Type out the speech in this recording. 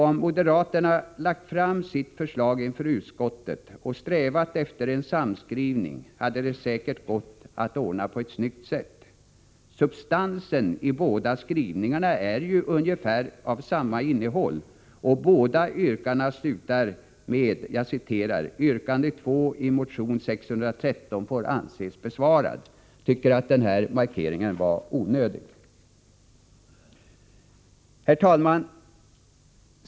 Om moderaterna hade lagt fram sitt förslag inför utskottet och strävat efter en samskrivning, skulle säkert en sådan ha gått att ordna på ett snyggt sätt. Substansen i de båda skrivningarna är ju av ungefär samma innehåll. I likhet med reservationen slutar utskottets skrivning med: ”Yrkande 2 i motion 613 får därmed anses besvarat.” Jag tycker att moderaternas markering på den här punkten var onödig. Herr talman!